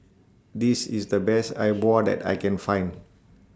This IS The Best E Bua that I Can Find